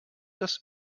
das